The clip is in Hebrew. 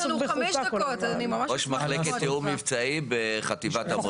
ראש מחלקת תיאום מבצעים בחטיבת המודיעין.